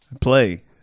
Play